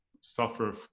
suffer